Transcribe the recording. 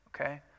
okay